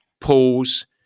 pause